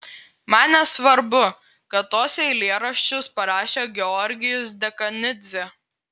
man nesvarbu kad tuos eilėraščius parašė georgijus dekanidzė